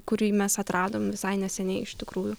kurį mes atradom visai neseniai iš tikrųjų